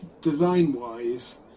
design-wise